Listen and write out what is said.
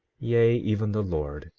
yea, even the lord,